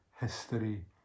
history